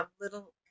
little